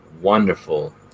wonderful